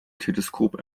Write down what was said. teleskop